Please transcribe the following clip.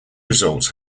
results